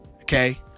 Okay